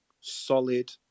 solid